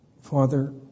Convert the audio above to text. Father